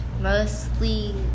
Mostly